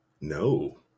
No